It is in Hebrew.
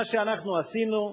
מה שאנחנו עשינו,